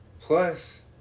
Plus